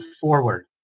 forward